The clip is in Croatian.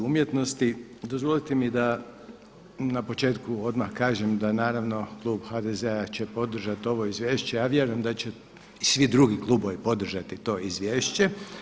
Dozvolite mi da na početku odmah kažem, da naravno klub HDZ-a će podržati ovo izvješće a vjerujem da će i svi drugi klubovi podržati to izvješće.